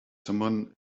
someone